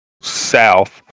South